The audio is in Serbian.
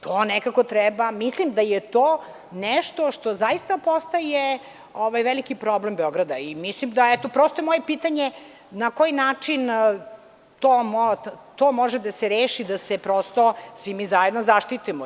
To nekako treba, mislim da je to nešto što zaista postaje veliki problem Beograda i mislim da je, eto prosto moje pitanje, na koji način to može da se reši da se prosto svi mi zajedno zaštitimo?